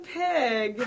pig